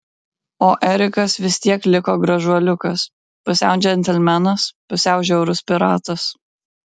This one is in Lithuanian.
o erikas vis tiek liko gražuoliukas pusiau džentelmenas pusiau žiaurus piratas